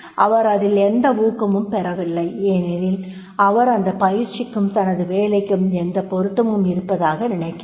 அவர் அதில் எந்த ஊக்கமும் பெறவில்லை ஏனெனில் அவர் அந்தப் பயிற்சிக்கும் தனது வேலைக்கும் எந்த பொருத்தமும் இருப்பதாக நினைக்கவில்லை